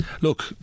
look